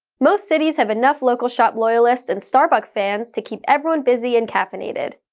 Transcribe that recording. most cities have enough local shop loyalists and starbucks fans to keep everyone busy and caffeinated.